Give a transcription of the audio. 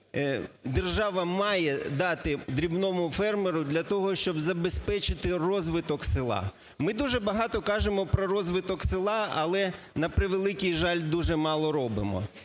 держава має дати дрібному фермеру для того, щоб забезпечити розвиток села. Ми дуже багато кажемо про розвиток села, але, на превеликий жаль, дуже мало робимо.